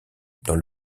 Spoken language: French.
dans